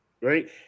right